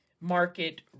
market